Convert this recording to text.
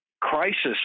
crisis